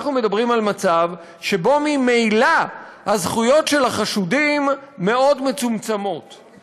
אנחנו מדברים על מצב שבו ממילא הזכויות של החשודים מצומצמות מאוד.